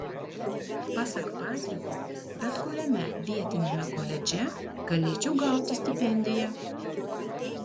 pasak patriko bet kuriame vietiniame koledže galėčiau gauti stipendiją